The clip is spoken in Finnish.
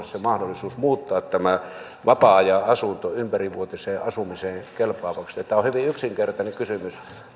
se mahdollisuus muuttaa tämä vapaa ajanasunto ympärivuotiseen asumiseen kelpaavaksi tämä on hyvin yksinkertainen kysymys